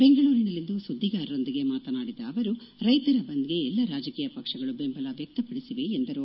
ಬೆಂಗಳೂರಿನಲ್ಲಿಂದು ಸುದ್ದಿಗಾರರೊಂದಿಗೆ ಮಾತನಾಡಿದ ಅವರು ರೈತರ ಬಂದ್ಗೆ ಎಲ್ಲಾ ರಾಜಕೀಯ ಪಕ್ಷಗಳು ಬೆಂಬಲ ವ್ಯಕ್ತಪಡಿಸಿವೆ ಎಂದರು